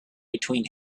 between